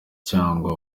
cyangwa